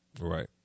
Right